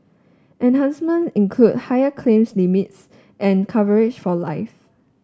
enhancements include higher claims limits and coverage for life